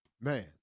Man